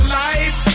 life